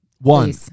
One